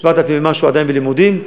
7,000 ומשהו עדיין בלימודים,